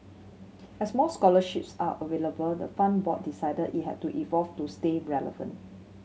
as more scholarships are available the fund board decided it had to evolve to stay relevant